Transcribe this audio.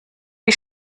wie